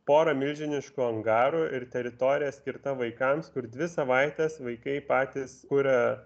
pora milžiniškų angarų ir teritorija skirta vaikams kur dvi savaites vaikai patys kuria